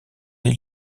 des